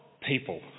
people